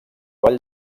vall